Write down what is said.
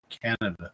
Canada